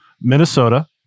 Minnesota